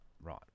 right